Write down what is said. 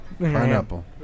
Pineapple